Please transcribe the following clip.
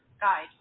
guide